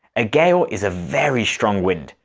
a gale is a very strong wind,